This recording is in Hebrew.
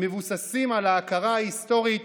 המבוססים על ההכרה ההיסטורית